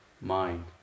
mind